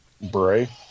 Bray